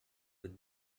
with